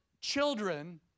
Children